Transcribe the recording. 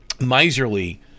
miserly